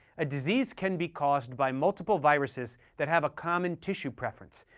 a disease can be caused by multiple viruses that have a common tissue preference,